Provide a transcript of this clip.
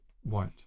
white